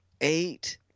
eight